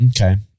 okay